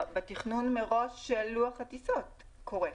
בתכנון מראש של לוח הטיסות זה קורה.